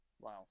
Wow